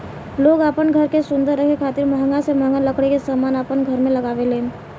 लोग आपन घर के सुंदर रखे खातिर महंगा से महंगा लकड़ी के समान अपन घर में लगावे लेन